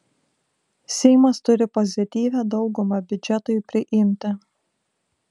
seimas turi pozityvią daugumą biudžetui priimti